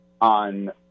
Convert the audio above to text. on